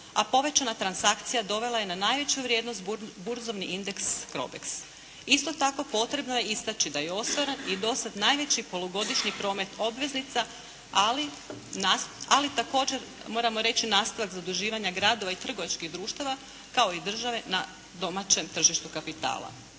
a povećana transakcija dovela je na najveću vrijednost burzovni indeks Crobex. Isto tako, potrebno je istaći da je ostvaren i do sada najveći polugodišnji promet obveznica ali također moramo reći nastavak zaduživanja gradova i trgovačkih društava kao i države na domaćem tržištu kapitala.